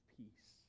peace